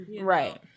Right